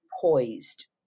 poised